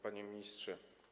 Panie Ministrze!